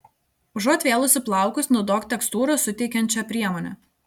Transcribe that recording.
užuot vėlusi plaukus naudok tekstūros suteikiančią priemonę